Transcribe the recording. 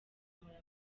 amanota